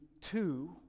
two